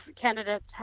candidates